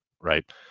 right